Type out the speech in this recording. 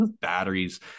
batteries